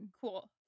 Cool